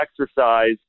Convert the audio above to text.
exercise